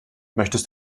möchtest